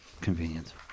Convenient